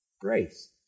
Grace